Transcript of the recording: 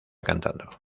cantando